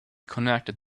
connected